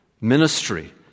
ministry